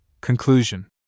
Conclusion